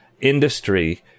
industry